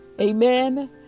Amen